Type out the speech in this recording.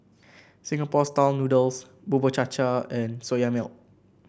Singapore style noodles Bubur Cha Cha and Soya Milk